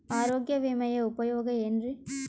ಆರೋಗ್ಯ ವಿಮೆಯ ಉಪಯೋಗ ಏನ್ರೀ?